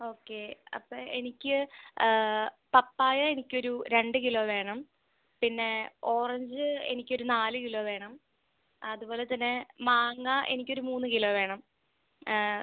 okay അപ്പം എനിക്ക് പപ്പായ എനിക്കൊരു രണ്ട് കിലോ വേണം പിന്നെ ഓറഞ്ച് എനിക്കൊരു നാല് കിലോ വേണം അതുപോലെതത്തന്നെ മാങ്ങ എനിക്കൊരു മൂന്ന് കിലോ വേണം